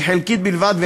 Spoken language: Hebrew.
היא חלקית בלבד,